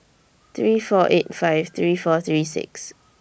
three four eight five three four three six